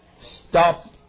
stop